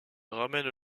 ramène